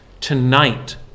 Tonight